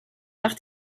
nach